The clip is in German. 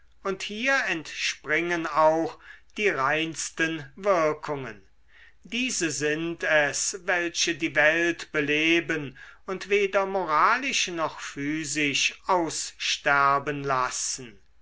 und hier entspringen auch die reinsten wirkungen diese sind es welche die welt beleben und weder moralisch noch physisch aussterben lassen